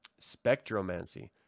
Spectromancy